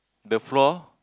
the floor